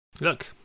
look